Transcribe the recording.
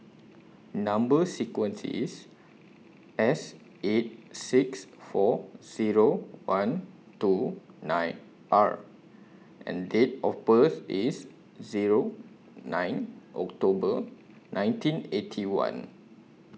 Number sequence IS S eight six four Zero one two nine R and Date of birth IS Zero nine October nineteen Eighty One